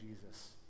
Jesus